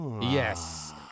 Yes